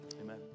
amen